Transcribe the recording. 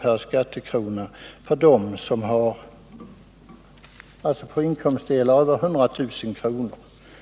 per skattekrona på inkomstdelar över 100 000 kr.